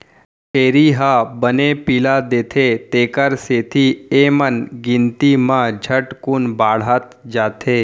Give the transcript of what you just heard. छेरी ह बने पिला देथे तेकर सेती एमन गिनती म झटकुन बाढ़त जाथें